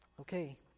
Okay